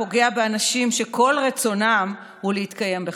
פוגע באנשים שכל רצונם הוא להתקיים בכבוד.